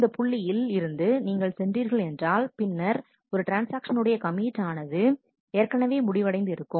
இந்த புள்ளியில் இருந்து நீங்கள் சென்றீர்கள் என்றால் பின்னர் ஒரு ட்ரான்ஸ்ஆக்ஷன் உடைய கமிட் ஆனது ஏற்கனவே முடிவு அடைந்து இருக்கும்